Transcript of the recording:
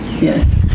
Yes